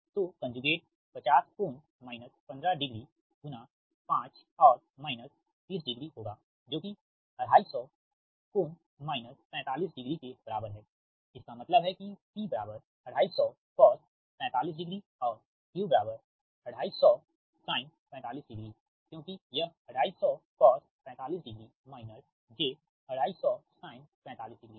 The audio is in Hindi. तो कंजुगेट 50 कोण माइनस 15 डिग्री गुणा 5 और माइनस 30 डिग्री होगा जो कि 250 कोण माइनस 45 डिग्री के बराबर है इसका मतलब है किP 250 450 और Q 250 sin 450 क्योंकि यह 250 cos 450 j250sin 450 है